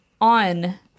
on